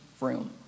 room